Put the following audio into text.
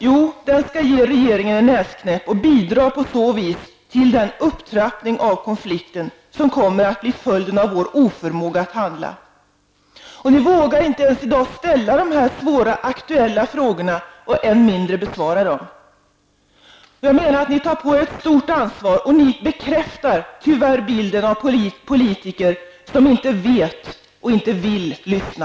Jo, den skall ge regeringen en näsknäpp och bidrar på så vis till den upptrappning av konflikten som kommer att bli följden av vår oförmåga att handla. Ni vågar i dag inte ställa de svåra aktuella frågorna och än mindre besvara dem. Ni tar, enligt min mening, på er ett stort ansvar, och ni bekräftar tyvärr bilden av politiker som inte vet och inte vill lyssna.